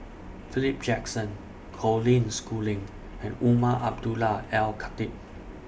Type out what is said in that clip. Philip Jackson Colin Schooling and Umar Abdullah Al Khatib